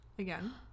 Again